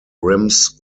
rims